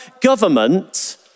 government